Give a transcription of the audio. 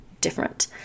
different